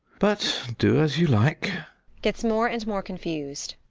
but do as you like gets more and more confused.